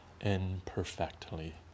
imperfectly